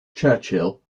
churchill